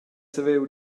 saviu